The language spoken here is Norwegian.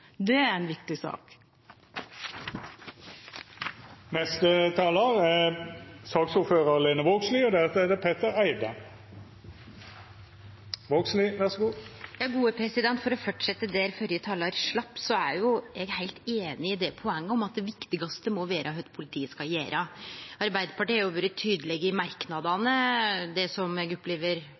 Det er en viktig sak. For å fortsetje der førre talar slapp, er eg heilt einig i det poenget at det viktigaste må vere kva politiet skal gjere. Arbeidarpartiet har jo vore tydelege i merknadene på det som eg opplever